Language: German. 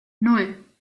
nan